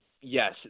yes